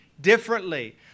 differently